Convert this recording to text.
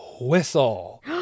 whistle